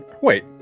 Wait